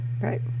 right